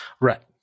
right